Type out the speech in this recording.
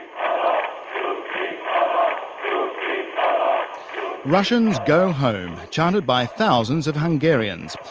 um russians go home, chanted by thousands of hungarians.